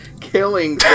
killing